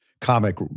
comic